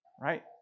right